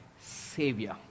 Savior